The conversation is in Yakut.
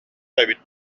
эбит